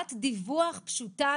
חובת דיווח פשוטה,